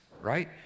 right